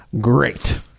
great